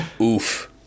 Oof